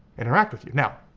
interact with you. now,